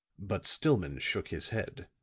but stillman shook his head.